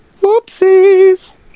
Whoopsies